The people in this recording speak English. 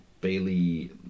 Bailey